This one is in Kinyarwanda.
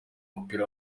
w’umupira